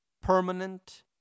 permanent